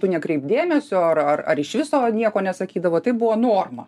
tu nekreipk dėmesio ar ar ar iš viso nieko nesakydavo tai buvo norma